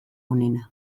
onena